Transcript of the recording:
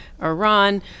Iran